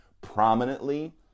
prominently